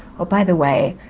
oh by the way,